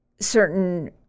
certain